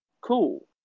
Cool